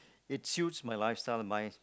it suits my lifestyle my